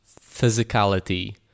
physicality